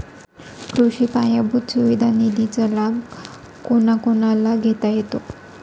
कृषी पायाभूत सुविधा निधीचा लाभ कोणाकोणाला घेता येतो?